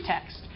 text